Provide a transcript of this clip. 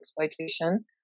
exploitation